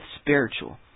spiritual